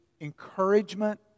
encouragement